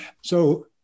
so-